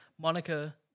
Monica